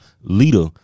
leader